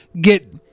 get